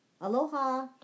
Aloha